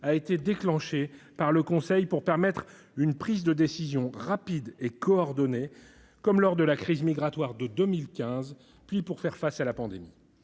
de crise (IPCR) afin de permettre une prise de décision rapide et coordonnée, comme lors de la crise migratoire de 2015, puis pour faire face à la pandémie.